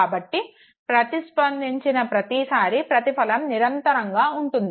కాబట్టి ప్రతిస్పందించిన ప్రతిసారి ప్రతిఫలం నిరంతరంగా ఉంటుంది